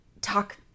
talk